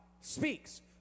speaks